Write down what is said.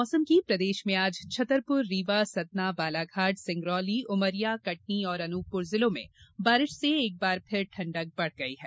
मौसम प्रदेश में आज छतरपुर रीवा सतना बालाघाट सिंगरौली उमरिया कटनी और अनूपपुर जिलों में बारिश से एक बार फिर ठंडक बढ़ गई है